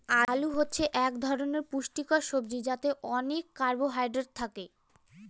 আলু হচ্ছে এক ধরনের পুষ্টিকর সবজি যাতে অনেক কার্বহাইড্রেট থাকে